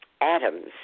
atoms